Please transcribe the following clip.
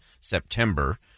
September